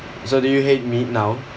so do you hate meat now